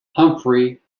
humphrey